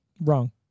Wrong